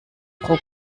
pro